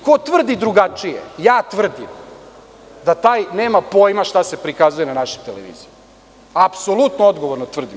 Ko tvrdi drugačije ja tvrdim da taj nema pojma šta se prikazuje na našoj televiziji, apsolutno odgovorno tvrdim.